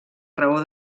raó